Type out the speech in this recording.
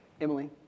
Emily